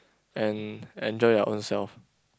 and enjoy your own self